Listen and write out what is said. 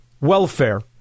welfare